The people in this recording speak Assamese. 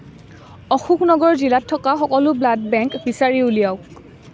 অশোকনগৰ জিলাত থকা সকলো ব্লাড বেংক বিচাৰি উলিয়াওক